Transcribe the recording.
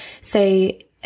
say